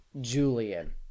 Julian